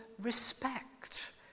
respect